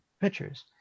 pictures